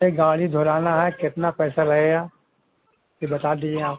ایک گاڑی دھلانا ہے کتنا پیسہ لگے گا یہ بتا دیجیے آپ